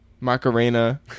Macarena